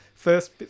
First